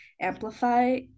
amplify